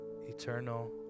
eternal